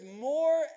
more